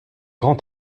grand